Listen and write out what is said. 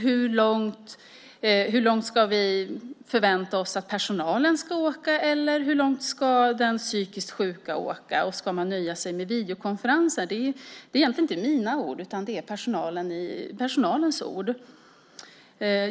Hur långt ska vi förvänta oss att personalen ska åka? Hur långt ska den psykiskt sjuka åka? Ska vi nöja oss med videokonferenser? Det är egentligen inte mina ord, utan det är personalens ord.